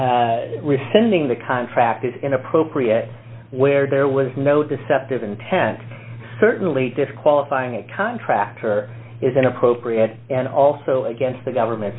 even sending the contract is inappropriate where there was no deceptive intent certainly disqualifying a contractor is inappropriate and also against the government